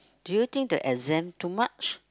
do you think the exam too much